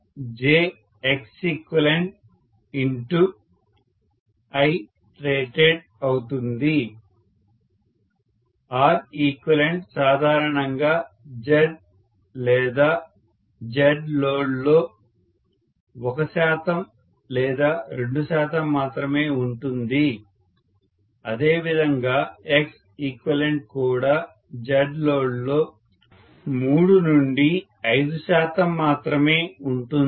Req సాధారణంగా Z లేదా Zload లో 1 శాతం లేదా 2 శాతం మాత్రమే ఉంటుంది అదేవిధంగా Xeq కూడా Zload లో 3 నుండి 5 శాతం మాత్రమే ఉంటుంది